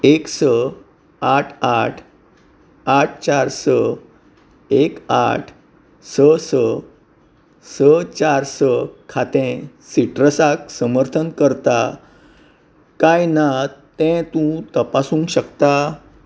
एक स आठ आठ आठ चार स एक आठ स स स चार स खातें सिट्रसाक समर्थन करता काय ना तें तूं तपासूंक शकता